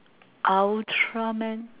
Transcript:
ultraman